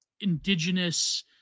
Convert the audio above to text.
indigenous